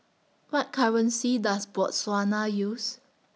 What currency Does Botswana use